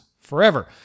forever